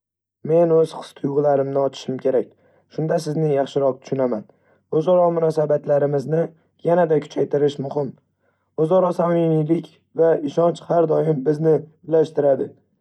Men o'z his-tuyg'ularimni ochishim kerak, shunda sizni yaxshiroq tushunaman. O'zaro munosabatlarimizni yanada kuchaytirish muhim. O'zaro samimiylik va ishonch har doim bizni birlashtiradi.